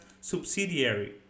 subsidiary